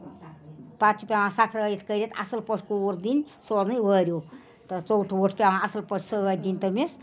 پَتہٕ چھِ پٮ۪وان سَکھرٲوِتھ کٔرِتھ اَصٕل پٲٹھۍ کوٗر دِنۍ سوزٕنۍ وٲرِو تہٕ ژوٚٹ ووٚٹ پٮ۪وان اَصٕل پٲٹھۍ سۭتۍ دِنۍ تٔمِس